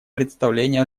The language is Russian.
представление